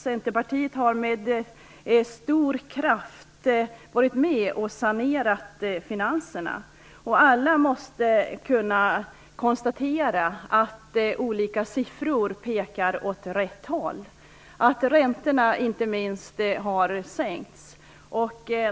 Centerpartiet har med stor kraft varit med och sanerat finanserna. Alla måste kunna konstatera att olika siffror pekar åt rätt håll. Räntorna har sänkts, inte minst.